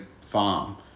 farm